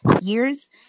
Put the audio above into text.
years